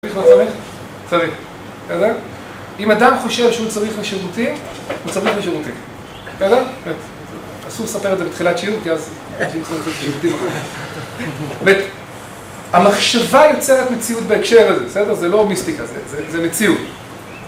צריך או לא צריך? צריך. בסדר? אם אדם חושב שהוא צריך לשירותים, הוא צריך לשירותים. בסדר? אסור לספר את זה בתחילת שיעור, כי אז אנשים צריכים לשירותים. זאת אומרת, המחשבה יוצאת מציאות בהקשר הזה, בסדר? זה לא מיסטיקה, זה מציאות.